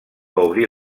obrir